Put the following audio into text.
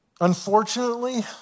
Unfortunately